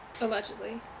Allegedly